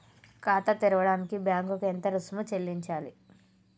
ఖాతా తెరవడానికి బ్యాంక్ కి ఎంత రుసుము చెల్లించాలి?